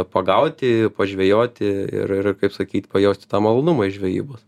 pagauti pažvejoti ir ir kaip sakyt pajausti tą malonumą iš žvejybos